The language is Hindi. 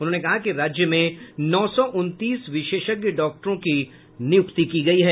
उन्होंने कहा कि राज्य में नौ सौ उनतीस विशेषज्ञ डॉक्टरों की नियुक्ति की गयी है